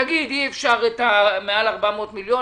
תגיד אי אפשר מעל 400 מיליון,